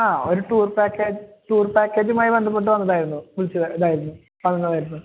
ആ ഒരു tour package tour പാക്കേജുമായി ബന്ധപ്പെട്ട് വന്നതായിരുന്നു വിളിച്ചത് ഇതായിരുന്നു വന്നതായിരുന്നു